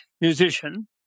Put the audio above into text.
musician